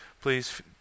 please